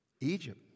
Egypt